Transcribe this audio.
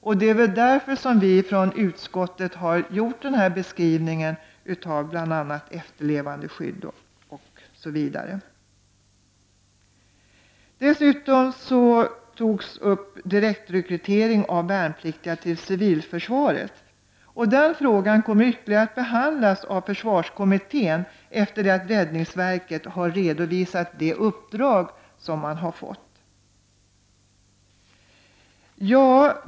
Det är bl.a. därför som utskottet har gjort den här beskrivningen av efterlevandeskyddet osv. Direktrekryteringen av värnpliktiga till civilförsvaret togs även upp. Den frågan kommer att behandlas ytterligare av försvarskommittén efter det att räddningsverket har redovisat sitt uppdrag.